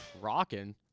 rocking